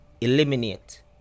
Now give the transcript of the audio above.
eliminate